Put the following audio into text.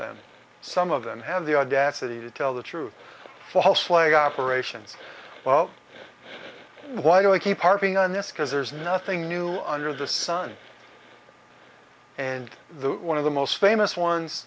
them some of them have the audacity to tell the truth false flag operations well why do we keep harping on this because there's nothing new under the sun and one of the most famous ones